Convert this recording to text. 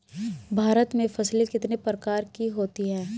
भारत में फसलें कितने प्रकार की होती हैं?